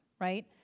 right